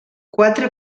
quatre